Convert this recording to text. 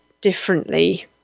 differently